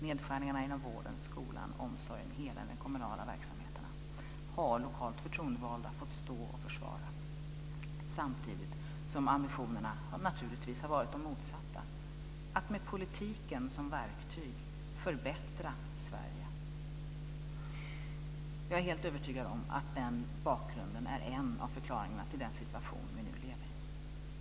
Nedskärningarna inom vården, skolan och omsorgen, alla de kommunala verksamheterna, har lokalt förtroendevalda fått stå och försvara samtidigt som ambitionerna naturligtvis har varit de motsatta; att med politiken som verktyg förbättra Jag är helt övertygad om att den bakgrunden är en av förklaringarna till den situation vi nu lever i.